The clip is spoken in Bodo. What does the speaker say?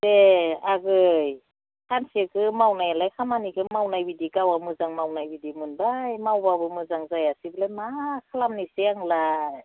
ए आगै सानसेखौ मावनायालाय खामानिखौनो मावनाय बिदि गावहा मोजां मावनाय बिदि मोनबाय मावबाबो मोजां जायासै बेखौलाय मा खालामनोसै आंलाय